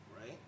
Right